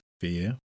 fear